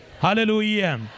Hallelujah